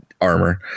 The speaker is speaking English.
armor